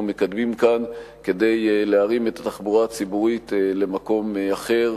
מקדמים כאן כדי להרים את התחבורה הציבורית למקום אחר,